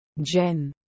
Jen